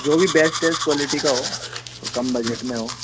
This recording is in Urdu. جو بھی بیسٹیس کوالیٹی کا ہو کم بجٹ میں ہو